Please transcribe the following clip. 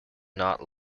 not